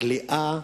הכליאה